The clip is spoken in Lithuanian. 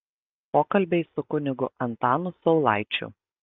pokalbiai su kunigu antanu saulaičiu